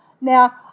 Now